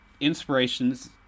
inspirations